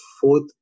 fourth